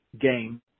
game